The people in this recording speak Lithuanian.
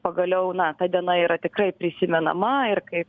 pagaliau na ta diena yra tikrai prisimenama ir kaip